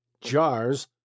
jars